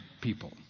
people